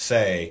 Say